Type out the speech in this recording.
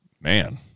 man